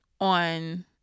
on